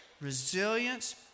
Resilience